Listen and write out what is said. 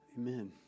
Amen